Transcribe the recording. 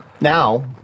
now